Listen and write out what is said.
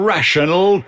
Rational